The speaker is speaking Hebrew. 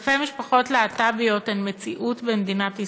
אלפי משפחות להט"ביות הן מציאות במדינת ישראל,